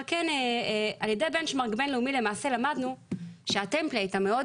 אבל על ידי benchmark בינלאומי למעשה למדנו שהטמפלט המאוד